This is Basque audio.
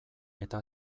eta